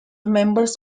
members